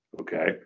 okay